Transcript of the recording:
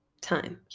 time